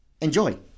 Enjoy